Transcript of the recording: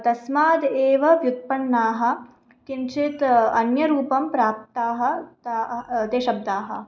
तस्माद् एव व्युत्पन्नाः किञ्चित् अन्यरूपं प्राप्ताः ता ते शब्दाः